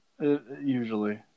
usually